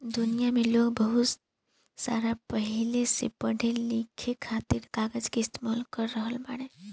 दुनिया में लोग बहुत साल पहिले से पढ़े लिखे खातिर कागज के इस्तेमाल कर रहल बाड़े